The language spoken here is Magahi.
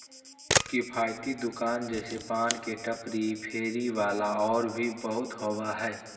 किफ़ायती दुकान जैसे पान के टपरी, फेरी वाला और भी बहुत होबा हइ